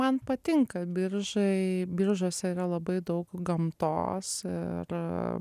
man patinka biržai biržuose yra labai daug gamtos ir